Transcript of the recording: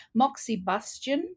Moxibustion